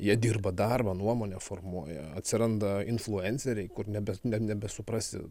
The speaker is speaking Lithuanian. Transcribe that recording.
jie dirba darbą nuomonę formuoja atsiranda influenceriai kur nebe ne nebesuprasi